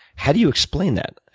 how do you explain that?